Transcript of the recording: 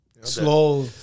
Slow